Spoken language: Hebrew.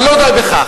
אבל לא די בכך.